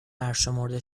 برشمرده